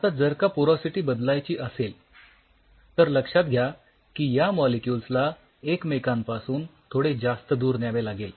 आता जर का पोरॉसिटी बदलायची असेल तर लक्षात घ्या की या मॉलिक्युल्स ला एकमेकांपासून थोडे जास्त दूर न्यावे लागेल